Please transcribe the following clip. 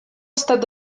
estat